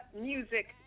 Music